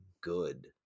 good